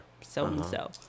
So-and-so